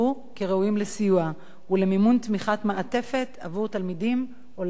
לסיוע ולמימון תמיכת מעטפת עבור תלמידים עולי אתיופיה.